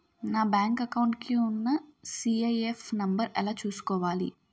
నా bank account కి ఉన్న సి.ఐ.ఎఫ్ నంబర్ ఎలా చూసుకోవాలి?